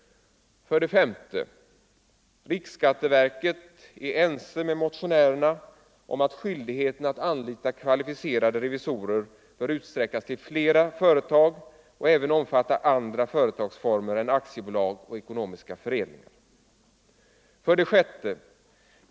5. Riksskatteverket är ense med motionärerna om att skyldigheten att anlita kvalificerade revisorer bör utsträckas till flera företag och även omfatta andra företagsformer än aktiebolag och ekonomiska föreningar. 6.